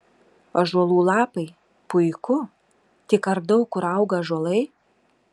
ąžuolų lapai puiku tik ar daug kur auga ąžuolai